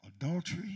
adultery